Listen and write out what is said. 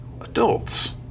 adults